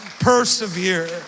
Persevere